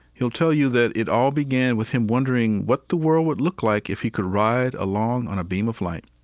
he'll tell you that it all began with him wondering what the world would look like if he could ride along on a beam of light.